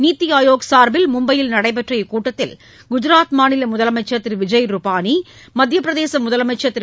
நித்தி ஆயோக் சார்பில் மும்பையில் நடைபெற்ற இக்கூட்டத்தில் குஜாத் மாநில முதலமைச்சர் திரு விஜய் ருபானி மத்தியப் பிரதேச முதலமைச்சர் திரு